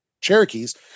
Cherokees